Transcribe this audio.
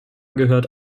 gehört